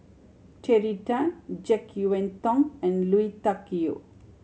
Terry Tan Jek Yeun Thong and Lui Tuck Yew